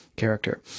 character